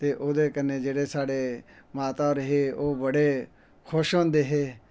ते ओह्दो कन्ने जाह्ड़े साढ़े माते होर हो ओह् बड़े खुश होंदे हे